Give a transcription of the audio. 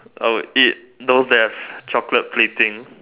I would eat those that have chocolate plating